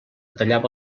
tallava